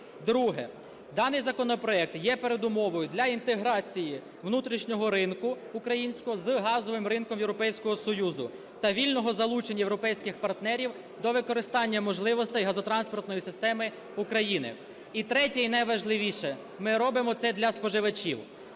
друге – даний законопроект є передумовою для інтеграції внутрішнього ринку українського з газовим ринком Європейського Союзу та вільного залучення європейських партнерів до використання можливостей газотранспортної системи України. І третє, найважливіше. Ми робимо це для споживачів.